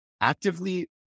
actively